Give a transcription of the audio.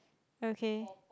okay